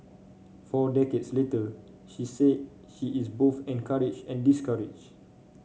four decades later she said she is both encourage and discourage